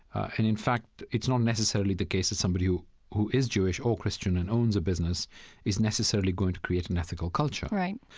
and, in fact, it's not necessarily the case that somebody who who is jewish or christian and owns a business is necessarily going to create an ethical culture